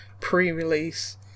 pre-release